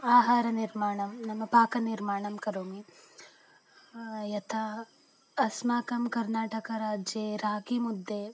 आहारनिर्माणं नाम पाकनिर्माणं करोमि यता अस्माकं कर्नाटकराज्ये रागिमुद्दे